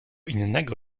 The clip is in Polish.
innego